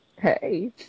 Hey